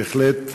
בהחלט,